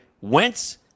Wentz